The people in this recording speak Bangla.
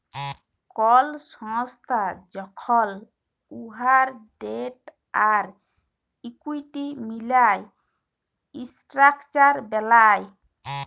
কল সংস্থা যখল উয়ার ডেট আর ইকুইটি মিলায় ইসট্রাকচার বেলায়